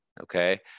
okay